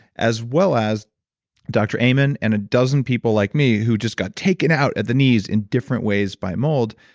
as well as dr. ayman and a dozen people like me who just got taken out at the knees in different ways by mold.